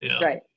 Right